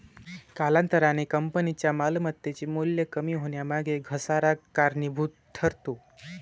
कालांतराने कंपनीच्या मालमत्तेचे मूल्य कमी होण्यामागे घसारा कारणीभूत ठरतो